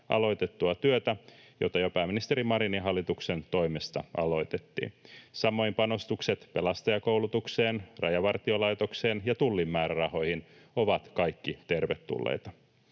aloitettua työtä, jota jo pääministeri Marinin hallituksen toimesta aloitettiin. Samoin panostukset pelastajakoulutukseen, Rajavartiolaitokseen ja Tullin määrärahoihin ovat kaikki tervetulleita.